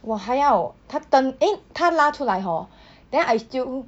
我还要他 turn eh 他拉出来 hor then I still